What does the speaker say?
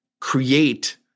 create